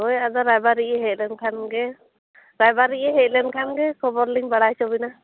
ᱦᱳᱭ ᱟᱫᱚ ᱨᱟᱭᱵᱟᱨᱤᱡᱮ ᱦᱮᱡ ᱞᱮᱱᱠᱷᱟᱱ ᱜᱮ ᱨᱟᱭᱵᱟᱨᱤᱡᱮ ᱦᱮᱡ ᱞᱮᱱᱠᱷᱟᱱ ᱜᱮ ᱠᱷᱚᱵᱚᱨ ᱞᱤᱧ ᱵᱟᱲᱟᱭ ᱦᱚᱪᱚ ᱵᱤᱱᱟᱹ